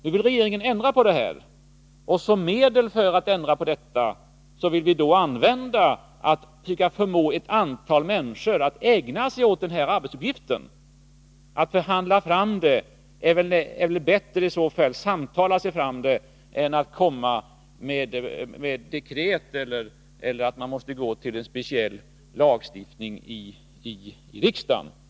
Nu vill regeringen ändra på detta. Som medel för att ändra på det vill vi förmå ett antal människor att ägna sig åt den här arbetsuppgiften. Att samtala sig fram är väl bättre än att komma med dekret eller tvingas anta en speciell lagstiftning i riksdagen.